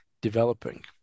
developing